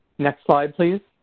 next slide, please.